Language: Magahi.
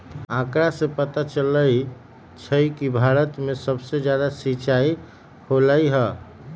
आंकड़ा से पता चलई छई कि भारत में सबसे जादा सिंचाई होलई ह